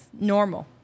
normal